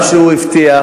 מה שהוא הבטיח,